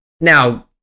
now